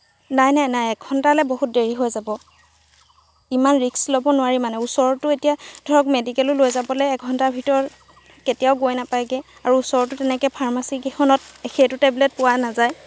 নাই নাই নাই এঘণ্টালে বহুত দেৰি হৈ যাব ইমান ৰিস্ক ল'ব নোৱাৰি মানে ওচৰত এতিয়া ধৰক মেডিকেলো লৈ যাবলৈ এঘণ্টা ভিতৰত কেতিয়াও গৈ নাপায়গে আৰু ওচৰতো তেনেকে ফাৰ্মাচী কেইখনত সেইটো টেবলেট পোৱা নাযায়